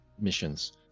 missions